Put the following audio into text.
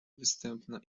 występna